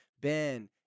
Ben